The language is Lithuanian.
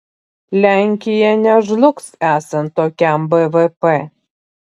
lenkija nežlugs esant tokiam bvp